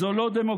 זו לא דמוקרטיה,